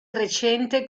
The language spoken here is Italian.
recente